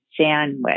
sandwich